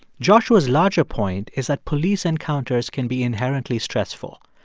joshua's larger point is that police encounters can be inherently stressful.